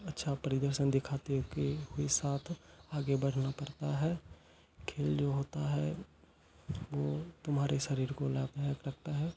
अच्छा प्रदर्शन दिखाते हैं कि कोई साथ आगे बढ़ना पड़ता है खेल जो होता है वो तुम्हारे शरीर को लाभदायक रखता है